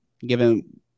given